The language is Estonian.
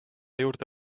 juurde